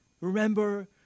Remember